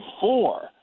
four